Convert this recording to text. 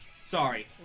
sorry